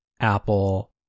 Apple